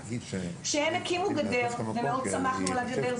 שהם הקימו גדר ומאוד שמחנו על הגדר,